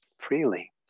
freely